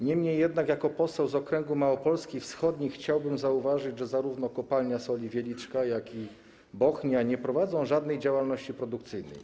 Niemniej jednak jako poseł z okręgu Małopolski Wschodniej chciałbym zauważyć, że zarówno Kopalnia Soli Wieliczka, jak i Kopalnia Soli Bochnia nie prowadzą żadnej działalności produkcyjnej.